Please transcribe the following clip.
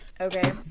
Okay